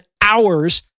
hours